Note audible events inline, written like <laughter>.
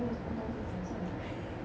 没有什么东西讲算了 <laughs>